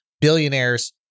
billionaires